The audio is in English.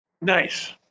Nice